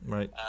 Right